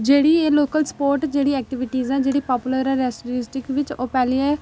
जेह्ड़ी एह् local sport activity ऐक्टिविटी पॉपुलर ऐ जेह्ड़ी बिच ओह् पैह्ली ऐ